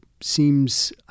seems